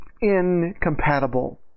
incompatible